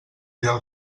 del